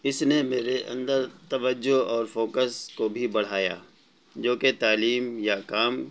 اس نے میرے اندر توجہ اور فوکس کو بھی بڑھایا جو کہ تعلیم یا کام